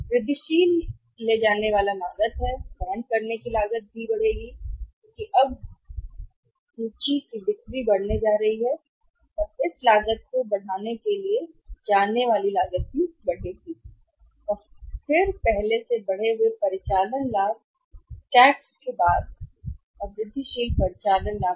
वृद्धिशील ले जाने वाला लागत है वहन करने की लागत भी बढ़ेगी क्योंकि अब बिक्री बढ़ने जा रही है सूची है लागत को बढ़ाने के लिए जाने से लागत भी बढ़ेगी और फिर पहले से बढ़े हुए परिचालन लाभ टैक्स के बाद कर और वृद्धिशील परिचालन लाभ